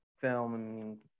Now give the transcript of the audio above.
film